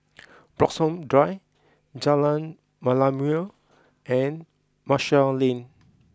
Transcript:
Bloxhome Drive Jalan Merlimau and Marshall Lane